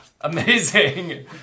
Amazing